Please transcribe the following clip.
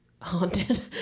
Haunted